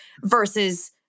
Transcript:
versus